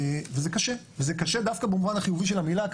וזה קשה דווקא במובן החיובי של המילה כי